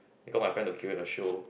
they got my friend to curate a show